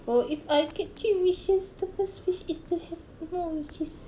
oh if I get three wishes the first wish is to have more wishes